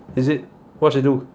is it what she do